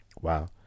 Wow